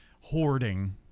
hoarding